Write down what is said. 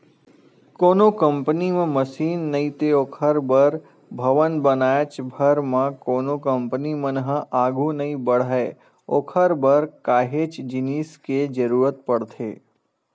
कोनो कंपनी म मसीन नइते ओखर बर भवन बनाएच भर म कोनो कंपनी मन ह आघू नइ बड़हय ओखर बर काहेच जिनिस के जरुरत पड़थे